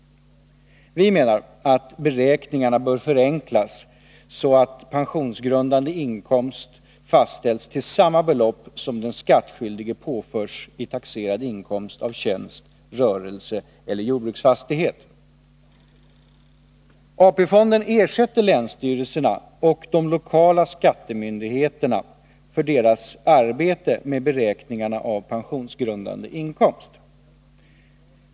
Vi menar att beräkningarna bör förenklas så att pensionsgrundande inkomst fastställs till samma belopp som den skattskyldige påförs i taxerad inkomst ur tjänst, rörelse eller jordbruksfastighet. AP-fonden ersätter länsstyrelserna och de lokala skattemyndigheterna för deras arbete med beräkningarna av pensionsgrundande inkomst.